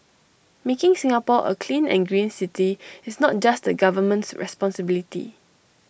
making Singapore A clean and green city is not just the government's responsibility